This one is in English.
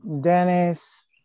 Dennis